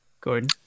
Gordon